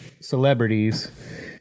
celebrities